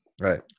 Right